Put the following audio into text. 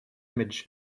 image